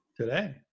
Today